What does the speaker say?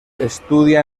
estudia